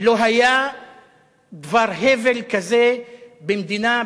לא היה דבר הבל כזה במדינה,